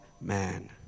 man